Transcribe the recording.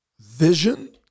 vision